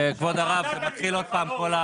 כבוד הרב, זה מתחיל עוד פעם.